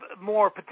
more